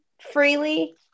freely